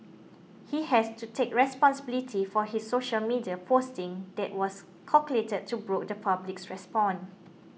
he has to take responsibility for his social media posting that was calculated to provoke the public's response